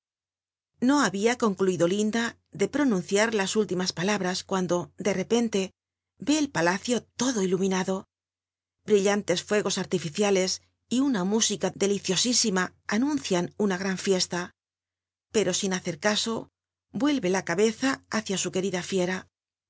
lo habia oncl nido linda de pronunciar las últimas palabras cuando de repente ve el palacio lodo iluminado hrillantcs fuegos arlilic ialcs y una mú ica dt'iicioslsima anuncian una gran liesla pero sin hacer u w vuehc la cabeza hiu ia su p erida fiera